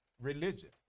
religion